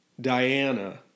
Diana